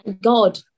god